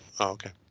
Okay